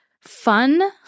fun